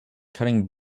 cutting